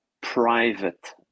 private